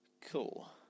Cool